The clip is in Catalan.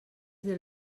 del